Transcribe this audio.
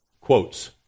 quotes